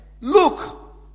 Look